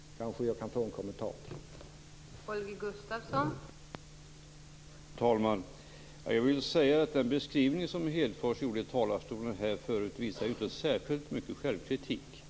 Det kanske jag kan få en kommentar till.